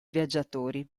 viaggiatori